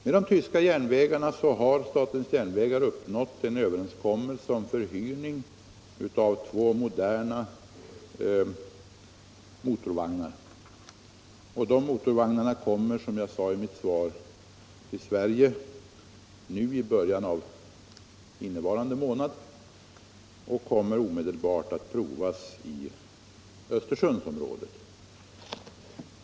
Med den tyska järnvägsledningen har statens järnvägar uppnått en överenskommelse om förhyrning av två moderna motorvagnar. Dessa vagnar kommer till Sverige i början av innevarande månad och kommer som jag nämnt i mitt svar omedelbart att provas i Östersundsområdet.